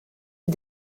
est